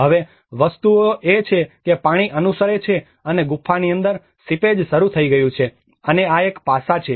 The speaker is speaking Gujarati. હવે વસ્તુઓ એ છે કે પાણી અનુસરે છે અને ગુફાઓની અંદર સીપેજ શરૂ થઈ ગયું છે અને આ એક પાસા છે